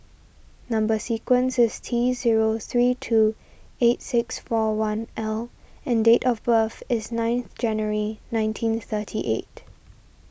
Number Sequence is T zero three two eight six four one L and date of birth is ninth January nineteen thirty eight